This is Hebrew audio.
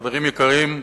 חברים יקרים,